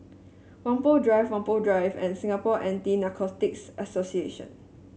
Whampoa Drive Whampoa Drive and Singapore Anti Narcotics Association